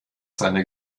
seiner